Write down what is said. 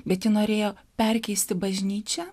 bet ji norėjo perkeisti bažnyčią